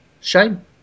Shame